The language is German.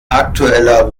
aktueller